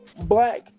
black